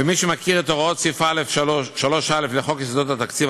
מי שמכיר את הוראות סעיף 3א לחוק יסודות התקציב,